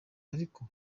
ariko